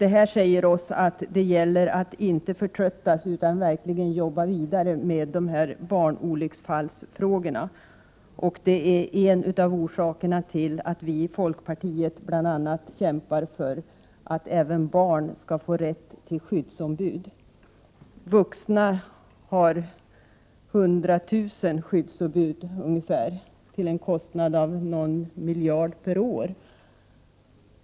Det säger oss att det gäller att inte förtröttas, utan att vi verkligen måste arbeta vidare med barnolycksfallsfrågorna. Detta är en av orsakerna till att vi i folkpartiet bl.a. kämpar för att även barn skall få rätt till skyddsombud. De vuxna har ungefär 100 000 skyddsombud till en kostnad av någon miljard per år.